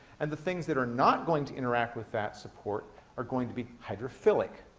and the things that are not going to interact with that support are going to be hydrophilic.